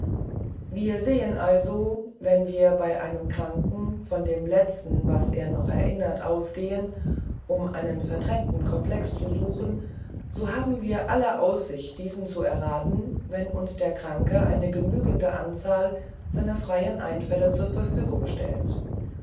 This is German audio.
wir sehen also wenn wir bei einem kranken von dem letzten was er noch erinnert ausgehen um einen verdrängten komplex zu suchen so haben wir alle aussicht diesen zu erraten wenn uns der kranke eine genügende anzahl seiner freien einfälle zur verfügung stellt